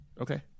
Okay